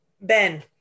Ben